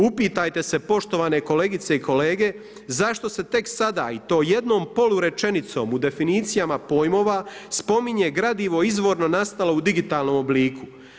Upitajte se poštovane kolegice i kolege zašto se tek sada i to jednom polurečenicom u definicijama pojmova spominje gradivo izvorno nastalo u digitalnom obliku.